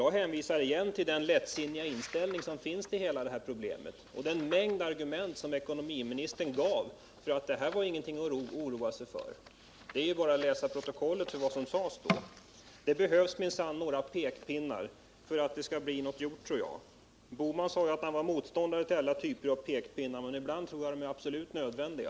Jag hänvisar återigen till den lättsinniga inställning som visas till hela detta problem, vilken bl.a. kom till uttryck i den mängd av argument som ekonomiministern anförde för att utvecklingen på detta område inte var något att oroa sig för. Man behöver bara läsa protokollet från den debatten för att bli på det klara med hur det förhåller sig på den punkten. Det behövs minsann pekpinnar för att något skall bli gjort på detta område. Herr Bohman sade vid det tillfället att han var motståndare till alla typer av pekpinnar, men jag tror att sådana ibland är absolut nödvändiga.